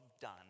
done